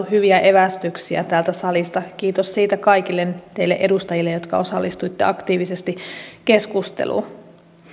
hyviä evästyksiä täältä salista kiitos siitä kaikille teille edustajille jotka osallistuitte aktiivisesti keskusteluun